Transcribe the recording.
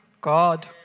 God